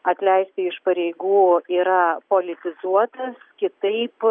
atleisti iš pareigų yra politizuotas kitaip